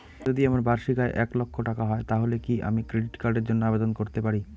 যদি আমার বার্ষিক আয় এক লক্ষ টাকা হয় তাহলে কি আমি ক্রেডিট কার্ডের জন্য আবেদন করতে পারি?